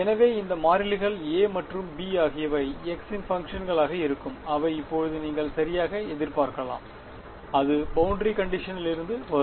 எனவே இந்த மாறிலிகள் A மற்றும் B ஆகியவை x இன் பங்க்ஷன்களாக இருக்கும் அவை இப்போது நீங்கள் சரியாக எதிர்பார்க்கலாம் அது பௌண்டரி கண்டிஷநிலிருந்து வரும்